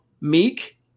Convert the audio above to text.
Meek